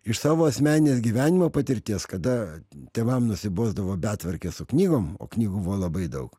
iš savo asmeninės gyvenimo patirties kada tėvam nusibosdavo betvarkė su knygom o knygų buvo labai daug